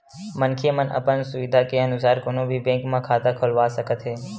मनखे मन अपन सुबिधा के अनुसार कोनो भी बेंक म खाता खोलवा सकत हे